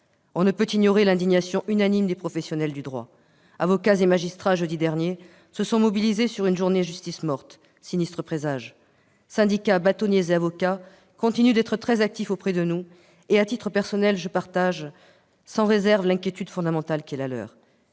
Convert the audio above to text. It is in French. On ne peut ignorer l'indignation unanime des professionnels du droit. Avocats et magistrats se sont mobilisés jeudi dernier pour une journée « justice morte ». Sinistre présage ... Syndicats, bâtonniers et avocats continuent d'être très actifs auprès de nous et, à titre personnel, je partage sans réserve leur profonde inquiétude.